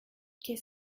qu’est